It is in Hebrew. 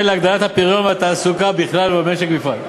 להגדלת הפריון והתעסוקה בכלל ובמשק בפרט.